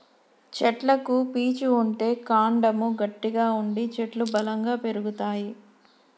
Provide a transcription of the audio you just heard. చెట్లకు పీచు ఉంటే కాండము గట్టిగా ఉండి చెట్లు బలంగా పెరుగుతాయి